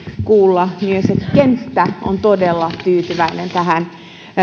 kuulla myös että kenttä on todella tyytyväinen tähän